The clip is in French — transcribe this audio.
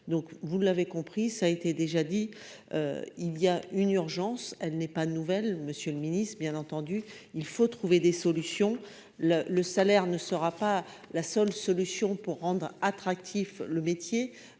donc, vous l'avez compris, ça a été déjà dit il y a une urgence, elle n'est pas nouvelle Monsieur le Ministre, bien entendu, il faut trouver des solutions le le salaire ne sera pas la seule solution pour rendre attractif le métier,